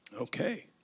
okay